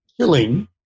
killing